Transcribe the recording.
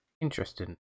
interesting